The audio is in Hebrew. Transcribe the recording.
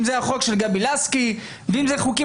אם זה החוק של גבי לסקי ואם זה חוקים